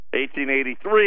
1883